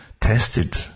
tested